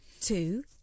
Two